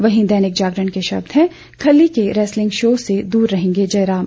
वहीं दैनिक जागरण के शब्द हैं खली के रेसलिंग शो से दूर रहेंगे जयराम